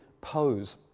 pose